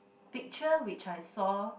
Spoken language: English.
picture which I saw